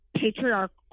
patriarchal